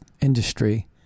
industry